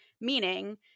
Meaning